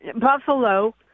Buffalo